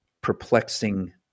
perplexing